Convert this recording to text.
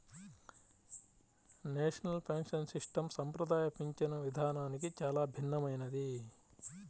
national pension system సంప్రదాయ పింఛను విధానానికి చాలా భిన్నమైనది